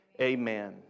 Amen